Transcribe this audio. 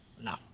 no